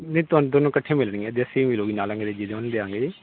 ਨਹੀਂ ਤੁਹਾਨੂੰ ਦੋਨੋਂ ਕੱਠੀਆਂ ਮਿਲਣਗੀਆਂ ਦੇਸੀ ਮਿਲੇਗੀ ਨਾਲ ਅੰਗਰੇਜ਼ੀ ਦੋਨੋਂ ਦਿਆਂਗੇ ਜੀ